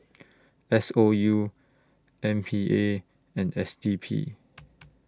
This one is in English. S O U M P A and S D P